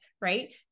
right